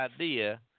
idea